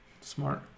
Smart